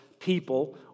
People